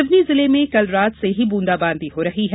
सिवनी जिले में कल रात से ही ब्रंदाबांदी हो रही है